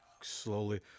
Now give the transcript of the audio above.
slowly